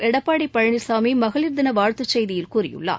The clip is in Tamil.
எடப்பாடி பழனிசாமி மகளிர் தின வாழ்த்துச்செய்தியில் கூறியுள்ளார்